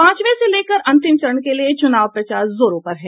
पांचवें से लेकर अंतिम चरण के लिए चुनाव प्रचार जोरों पर है